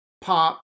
pop